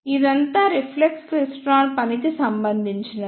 ఇదంతా reflex klystron పని కి సంబందించినది